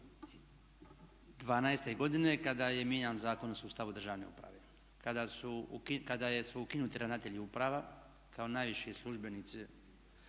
2012. godine kada je mijenjan Zakon o sustavu državne uprave, kada su ukinuti ravnatelji uprava kao najviši službenici